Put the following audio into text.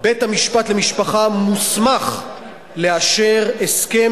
בית-המשפט למשפחה מוסמך לאשר הסכם